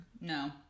No